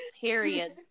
Period